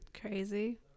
crazy